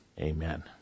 amen